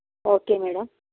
okay madam